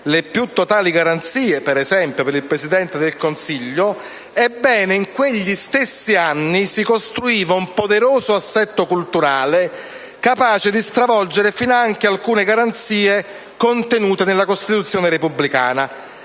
le più totali garanzie ad esempio per il Presidente del Consiglio, si costruiva un poderoso assetto culturale capace di stravolgere finanche alcune garanzie contenute nella Costituzione repubblicana